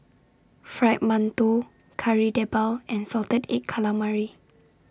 Fried mantou Kari Debal and Salted Egg Calamari